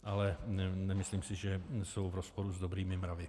Ale nemyslím si, že jsou v rozporu s dobrými mravy.